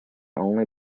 only